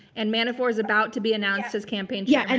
and manafort's about to be announced his campaign yeah and